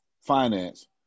finance